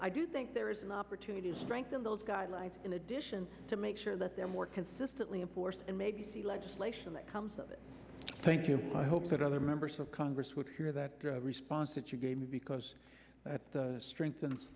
i do think there is an opportunity to strengthen those guidelines in addition to make sure that they're more consistently important and maybe legislation that comes of it thank you i hope that other members of congress would hear that response that you gave me because that's the strength